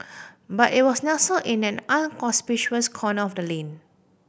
but it was nestled in an inconspicuous corner of the lane